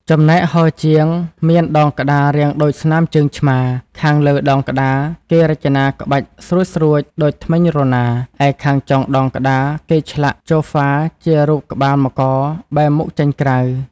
ចំណែកហោជាង មានដងក្តាររាងដូចស្នាមជើងឆ្មា ខាងលើដងក្តារគេរចនាក្បាច់ស្រួចៗដូចធ្មេញរណារ ឯខាងចុងដងក្តារគេឆ្លាក់ជហ្វាជារូបក្បាលមករបែរមុខចេញក្រៅ ។